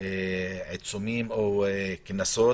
עיצומים או קנסות.